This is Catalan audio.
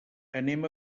anem